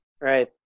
right